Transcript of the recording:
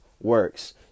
works